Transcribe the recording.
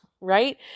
Right